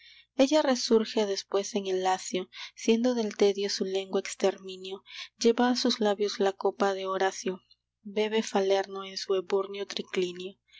ella resurge después en el lacio siendo del tedio su lengua exterminio lleva a sus labios la copa de horacio bebe falerno en su